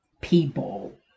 people